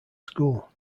school